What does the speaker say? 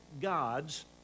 God's